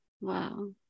Wow